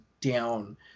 down